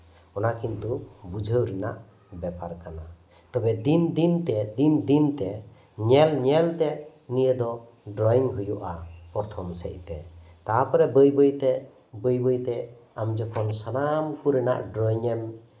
ᱚᱱᱟ ᱠᱤᱱᱛᱩ ᱵᱩᱡᱷᱟᱹᱣ ᱨᱮᱭᱟᱜ ᱵᱮᱯᱟᱨ ᱠᱟᱱᱟ ᱛᱚᱵᱮ ᱫᱤᱱᱼᱫᱤᱱ ᱛᱮ ᱫᱤᱱᱼᱫᱤᱱ ᱛᱮ ᱧᱮᱞᱼᱧᱮᱞ ᱛᱮ ᱱᱤᱭᱟᱹ ᱫᱚ ᱰᱨᱚᱭᱤᱝ ᱦᱩᱭᱩᱜᱼᱟ ᱯᱨᱚᱛᱷᱚᱢ ᱥᱮᱫᱚ ᱛᱮ ᱛᱟᱨᱯᱚᱨᱮ ᱵᱟᱹᱭᱼᱵᱟᱹᱭ ᱛᱮ ᱟᱢ ᱡᱚᱠᱷᱚᱱ ᱥᱟᱱᱟᱢ ᱠᱚᱨᱮᱱᱟᱜ ᱰᱨᱚᱭᱤᱝᱮᱢ